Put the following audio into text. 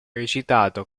recitato